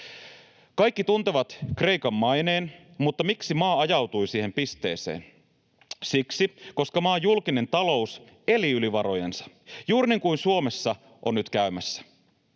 Kaikki tuntevat Kreikan maineen, mutta miksi maa ajautui siihen pisteeseen? Siksi, että maan julkinen talous eli yli varojensa — juuri niin kuin Suomessa on nyt käymässä.